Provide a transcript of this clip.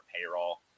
payroll